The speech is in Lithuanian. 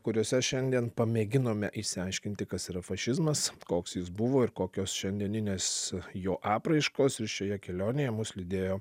kuriose šiandien pamėginome išsiaiškinti kas yra fašizmas koks jis buvo ir kokios šiandieninės jo apraiškos ir šioje kelionėje mus lydėjo